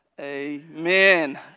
Amen